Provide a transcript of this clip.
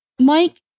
Mike